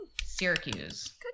Syracuse